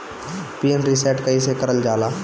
Pin reset कईसे करल जाला?